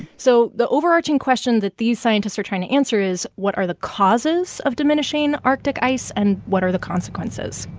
so the overarching question that these scientists are trying to answer is what are the causes of diminishing arctic ice and what are the consequences?